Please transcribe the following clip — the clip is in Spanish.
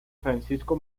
francisco